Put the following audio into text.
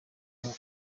agura